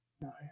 No